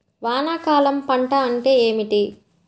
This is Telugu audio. వానాకాలం పంట అంటే ఏమిటి?